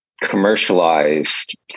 commercialized